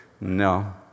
No